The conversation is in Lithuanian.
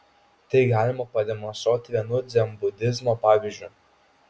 tai galima pademonstruoti vienu dzenbudizmo pavyzdžiu